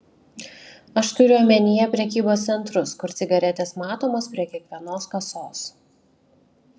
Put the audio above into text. aš turiu omenyje prekybos centrus kur cigaretės matomos prie kiekvienos kasos